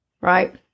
Right